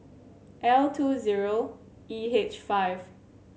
L two zero E H five